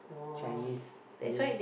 Chinese Malay